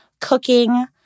cooking